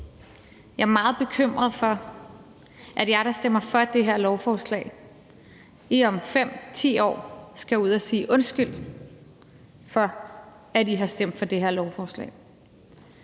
Jeg er meget bekymret for, at jer, der stemmer for det her lovforslag, om 5-10 år skal ud at sige undskyld for, at I har stemt for det her lovforslag.